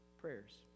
prayers